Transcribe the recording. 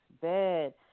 bed